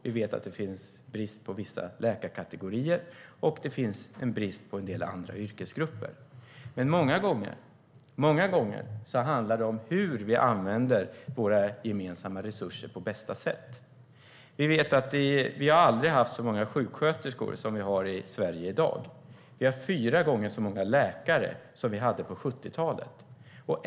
Vi vet att det finns brist på vissa läkarkategorier, och det finns en brist på en del andra yrkesgrupper. Men många gånger handlar det om hur vi använder våra gemensamma resurser på bästa sätt. Vi har aldrig haft så många sjuksköterskor som vi har i Sverige i dag. Vi har fyra gånger så många läkare som vi hade på 70-talet.